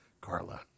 Carla